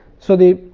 so, the